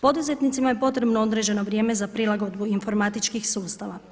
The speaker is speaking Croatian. Poduzetnicima je potrebno određeno vrijeme za prilagodbu informatičkih sustava.